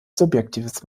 subjektives